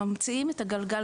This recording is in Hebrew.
כביכול ממציאים את הגלגל